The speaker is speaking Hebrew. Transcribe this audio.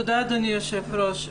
תודה אדוני היושב ראש.